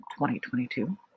2022